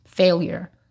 Failure